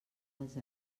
dels